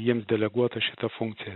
jiems deleguota šita funkcija